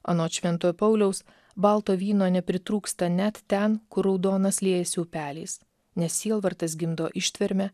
anot švento pauliaus balto vyno nepritrūksta net ten kur raudonas liejasi upeliais nes sielvartas gimdo ištvermę